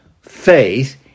faith